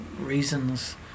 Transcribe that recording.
reasons